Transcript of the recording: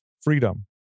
freedom